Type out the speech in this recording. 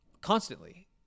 constantly